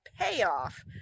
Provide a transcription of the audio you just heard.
payoff